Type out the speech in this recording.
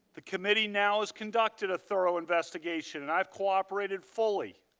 the committee now has conducted a thorough investigation. and i have cooperated fully.